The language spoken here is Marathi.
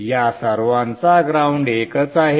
या सर्वांचा ग्राउंड एकच आहे